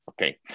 Okay